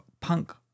punk